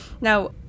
Now